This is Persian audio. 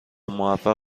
موفق